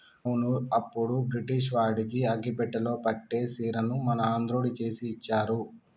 అవును అప్పుడు బ్రిటిష్ వాడికి అగ్గిపెట్టెలో పట్టే సీరని మన ఆంధ్రుడు చేసి ఇచ్చారు